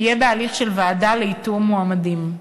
תהיה בהליך של ועדה לאיתור מועמדים.